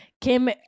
Kim